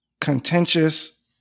contentious